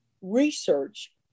research